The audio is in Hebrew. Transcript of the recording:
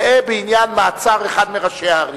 ראה בעניין מעצר אחד מראשי הערים.